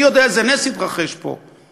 מי יודע איזה נס יתרחש פה?